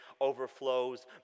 overflows